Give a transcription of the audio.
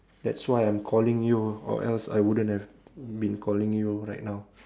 that's why I'm calling you or else I wouldn't have been calling you right now